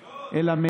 לא,